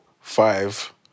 Five